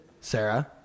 Sarah